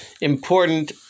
important